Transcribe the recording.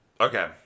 okay